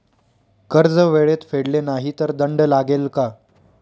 कर्ज वेळेत फेडले नाही तर दंड लागेल का?